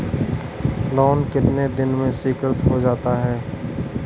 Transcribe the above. Loan कितने दिन में स्वीकृत हो जाता है?